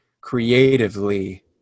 creatively